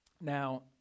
Now